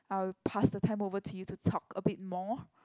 I'll pass the time over to you to talk a bit more